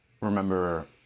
remember